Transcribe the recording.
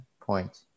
point